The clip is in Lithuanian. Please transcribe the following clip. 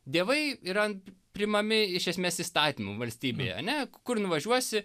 dievai yra priimami iš esmės įstatymu valstybėj ane k kur nuvažiuosi